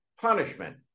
punishment